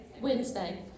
Wednesday